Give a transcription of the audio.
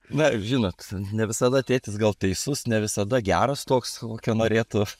na žinot ne visada tėtis gal teisus ne visada geras toks kokio norėtų